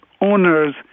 owners